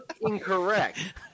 incorrect